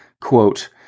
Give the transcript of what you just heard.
quote